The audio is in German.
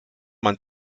man